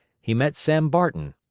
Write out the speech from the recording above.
he met sam barton,